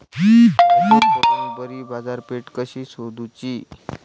फायदो करून बरी बाजारपेठ कशी सोदुची?